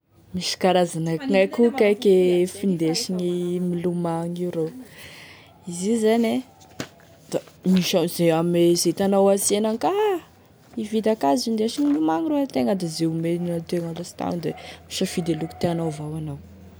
Misy karazany akognaia koa kaiky e findesigny milomagno io rô, izy io zany e da izay ame zay hitanao ansena agny da hividy ankazo indesigny milomagno rô itegna da izay omeny antegna lastagny da misafidy e loko tianao avao anao.